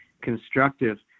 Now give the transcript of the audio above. constructive